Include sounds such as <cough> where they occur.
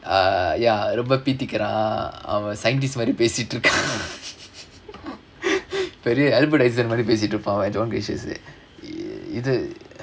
err ya ரொம்ப பீத்திக்குறான் அவன்:romba peethikkuraan avan scientists மாரி பேசிட்டு இருக்கான்:maari paesittu irukkaan <laughs> பெரிய:periya albert einstein மாரி பேசிட்டு இருப்பான் அவன்:maari pesittu iruppaan avan john gracius இது:ithu